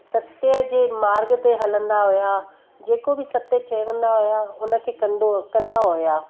सत्य जे मार्ग ते हलंदा हुआ जेको बि सत्य चवंदा हुआ उन खे कंदो कंदा हुआ